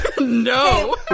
No